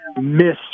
miss